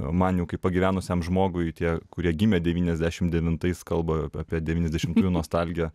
man jau kaip pagyvenusiam žmogui tie kurie gimė devyniasdešimt devintais kalba apie devyniasdešimtųjų nostalgiją